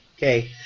Okay